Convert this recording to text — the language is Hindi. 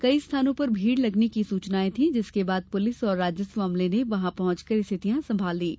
कई स्थानों पर भीड़ लगने की सूचनाएं थीं जिसके बाद पुलिस और राजस्व अमले ने वहां पहंचकर स्थितियां संभाल लीं